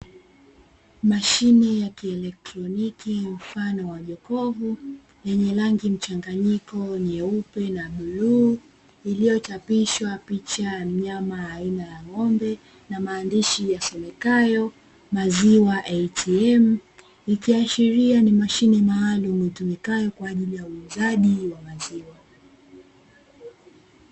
Mashine ya kielektroniki, mfano wa jokovu, yenye rangi mchanganyiko wa nyeupe na buluu, iliyochapishwa picha ya mnyama aina ya ng'ombe na maandishi yasomekayo "Maziwa ATM", ikiashiria kuwa ni mashine maalumu, itumikayo kwa kwa ajili ya uuzaji wa maziwa.